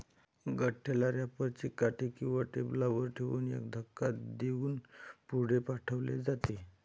गठ्ठ्याला रॅपर ची काठी किंवा टेबलावर ठेवून एक धक्का देऊन पुढे पाठवले जाते